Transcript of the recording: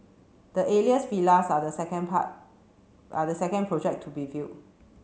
the Alias Villas are the second part are the second project to be veiled